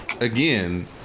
again